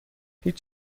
هیچ